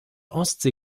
ostsee